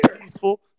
peaceful